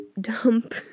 dump